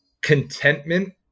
contentment